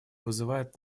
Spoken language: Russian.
вызывает